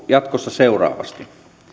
jatkossa seuraavasti